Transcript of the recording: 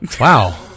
Wow